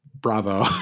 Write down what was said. bravo